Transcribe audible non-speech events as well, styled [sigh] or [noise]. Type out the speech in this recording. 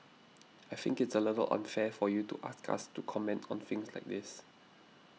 [noise] I think it's a little unfair for you to ask us to comment on things like this